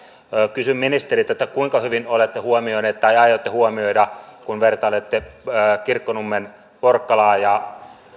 kysyn ministeriltä kuinka hyvin olette huomioinut tai aiotte huomioida kun vertailette kirkkonummen porkkalaa ja